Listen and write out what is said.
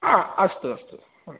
अस्तु अस्तु